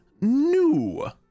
new